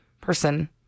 person